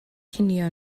cinio